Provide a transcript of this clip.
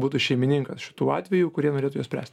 būtų šeimininkas šitų atvejų kurie norėtų juos spręst